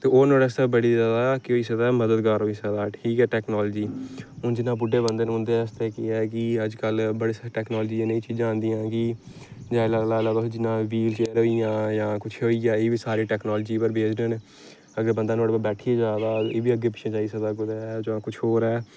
ते ओह् नोहाड़ै आस्तै केह् होई सकदा मददगार होई सकदा ठीक ऐ टैकनालजी हून जियां बुड्डे बंदे न उं'दे आस्तै केह् ऐ कि अज्जकल बड़े सारी टैकनालजी च नेही चीजां आंदियां कि लाना जियां व्हील चेयर होई गेइयां जां कुछ होई गेआ एह् बी टैकनालजी पर बेस्ड न अगर बंदा नुहाड़े पर बैठियै जा दा एह् बी अग्गें पिच्छें जाई सकदा कुतै जा कुछ होर ऐ